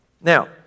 Now